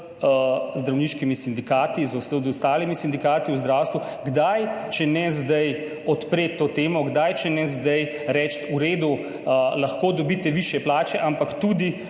zdravniškimi sindikati, z ostalimi sindikati v zdravstvu, kdaj, če ne zdaj, odpreti to temo, kdaj, če ne zdaj, reči v redu, lahko dobite višje plače, ampak tudi